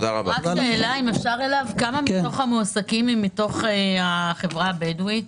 כמה מתוך המועסקים הם מהחברה הבדואית?